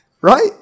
right